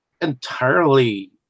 entirely